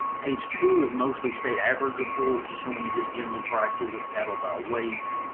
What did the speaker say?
page two is mostly state average reports showing you just generally prices of cattle by weight.